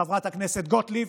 חברת הכנסת גוטליב,